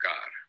God